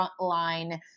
frontline